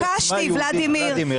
ולדימיר,